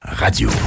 radio